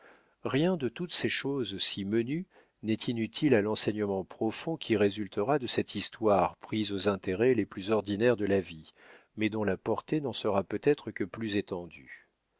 rien de toutes ces choses si menues n'est inutile à l'enseignement profond qui résultera de cette histoire prise aux intérêts les plus ordinaires de la vie mais dont la portée n'en sera peut-être que plus étendue